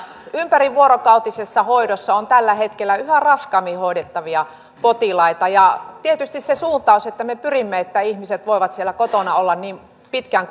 ympärivuorokautisessa hoidossa on tällä hetkellä yhä raskaammin hoidettavia potilaita ja tietysti se suuntaus että me pyrimme siihen että ihmiset voivat siellä kotona olla niin pitkään